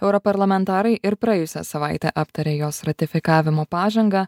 europarlamentarai ir praėjusią savaitę aptarė jos ratifikavimo pažangą